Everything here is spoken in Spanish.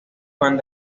fan